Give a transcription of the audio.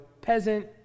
peasant